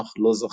אך לא זכה.